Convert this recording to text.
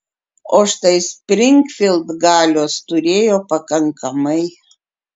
o štai springfild galios turėjo pakankamai